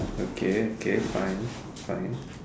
okay okay fine fine